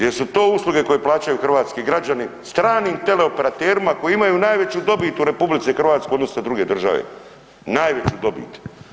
Jesu to usluge koje plaćaju hrvatski građani stranim teleoperaterima koji imaju najveću dobit u RH u odnosu na druge države, najveću dobit.